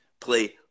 play